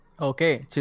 Okay